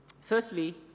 Firstly